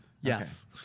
Yes